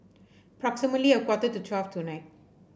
approximately a quarter to twelve tonight